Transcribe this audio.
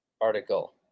article